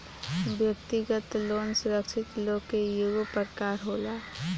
व्यक्तिगत लोन सुरक्षित लोन के एगो प्रकार होला